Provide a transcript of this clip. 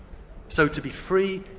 so to be free,